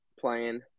playing